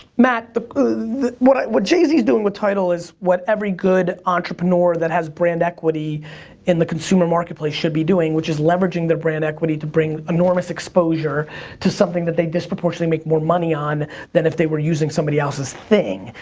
matt, what what jay z's doing with tidal is what every good entrepreneur that has brand-equity in the consumer marketplace should be doing, which is leveraging their brand-equity to bring enormous exposure to something that they disproportionately make more money on than if they were using somebody else's thing.